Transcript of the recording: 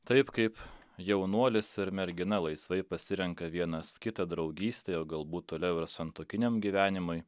taip kaip jaunuolis ir mergina laisvai pasirenka vienas kitą draugystei o galbūt toliau ir santuokiniam gyvenimui